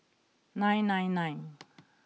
nine nine nine